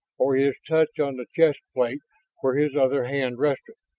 or his touch on the chest plate where his other hand rested.